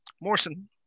Morrison